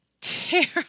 terrible